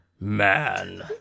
man